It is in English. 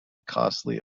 costly